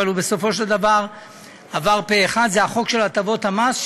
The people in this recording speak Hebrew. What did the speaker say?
אבל בסופו של דבר הוא עבר פה אחד: זה החוק של הטבות המס,